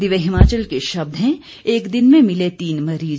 दिव्य हिमाचल के शब्द हैं एक दिन में मिले तीन मरीज